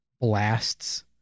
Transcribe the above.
blasts